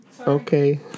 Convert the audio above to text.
Okay